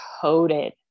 coated